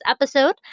episode